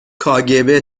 کاگب